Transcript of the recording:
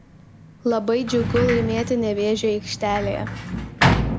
labai džiugu laimėti nevėžio aikštelėje